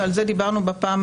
ועל זה דיברנו בפעם